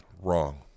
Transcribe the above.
Wrong